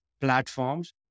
Platforms